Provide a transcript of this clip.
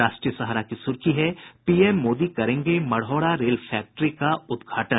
राष्ट्रीय सहारा की सुर्खी है पीएम मोदी करेंगे मढ़ौरा रेल फैक्ट्री का उदघाटन